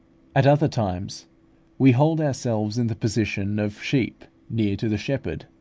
at other times we hold ourselves in the position of sheep near to the shepherd,